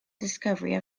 discovery